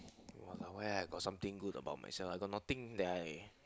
!walao! where I got something good about myself I got nothing that I